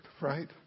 right